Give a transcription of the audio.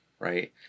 Right